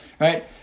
right